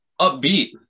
upbeat